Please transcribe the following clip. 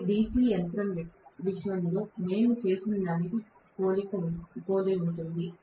ఇది DC యంత్రం విషయంలో మేము చేసినదానికి పోలి ఉంటుంది